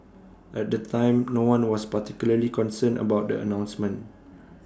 at the time no one was particularly concerned about the announcement